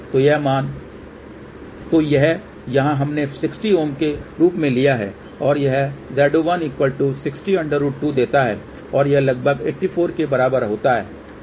तो यह यहाँ हमने 60 Ω के रूप में लिया है और यह Z01 60√2 देता है और यह लगभग 84 Ω के बराबर होता है